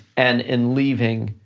and in leaving,